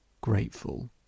grateful